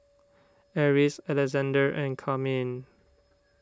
Eris Alexande and Carmine